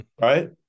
Right